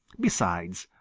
besides,